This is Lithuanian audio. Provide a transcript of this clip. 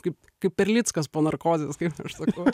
kaip kaip erleckas po narkozės kaip aš sakau